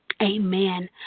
Amen